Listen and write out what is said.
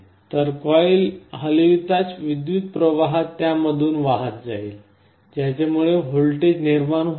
तर कॉइल हलविताच विद्युत प्रवाह त्यामधून वाहत जाईल ज्यामुळे व्होल्टेज निर्माण होईल